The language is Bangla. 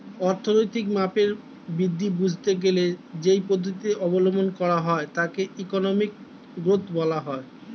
অর্থনৈতিক মাপের বৃদ্ধি বুঝতে গেলে যেই পদ্ধতি অবলম্বন করা হয় তাকে ইকোনমিক গ্রোথ বলা হয়